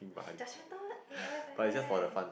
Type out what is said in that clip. judgmental A F eh